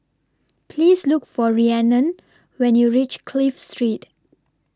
Please Look For Rhiannon when YOU REACH Clive Street